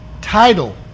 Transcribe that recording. title